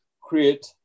create